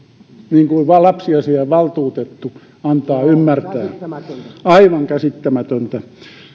niin kuin lapsiasiainvaltuutettu antaa ymmärtää aivan käsittämätöntä